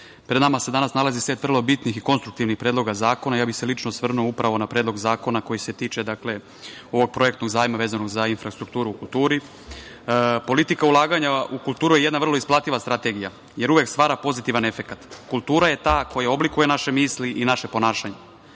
pred nama se danas nalazi set vrlo bitnih i konstruktivnih predloga zakona. Ja bih se lično osvrnuo upravo na Predlog zakona koji se tiče ovog projektnog zajma vezanog za infrastrukturu u kulturi. Politika ulaganja u kulturu je jedna vrlo isplativa strategija, jer uvek stvara pozitivan efekat. Kultura je ta koja oblikuje naše misli i naše ponašanje.